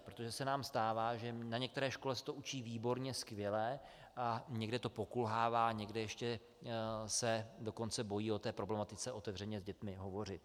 Protože se nám stává, že na některé škole se to učí výborně, skvěle, a někde to pokulhává, někde se dokonce bojí o té problematice otevřeně s dětmi hovořit.